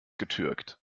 getürkt